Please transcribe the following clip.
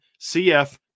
CF